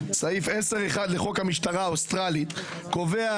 סעיף 10(1) לחוק המשטרה האוסטרלית קובע